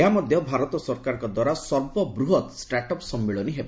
ଏହା ମଧ୍ୟ ଭାରତ ସରକାରଙ୍କଦ୍ୱାରା ସର୍ବବୃହତ୍ 'ଷ୍ଟାର୍ଟ ଅପ୍ ସମ୍ମିଳନୀ' ହେବ